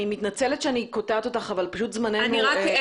אני מתנצלת שאני קוטעת אותך אבל זמננו קצר.